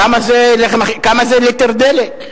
כמה זה ליטר דלק?